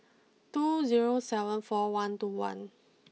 two zero seven four one two one